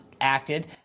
acted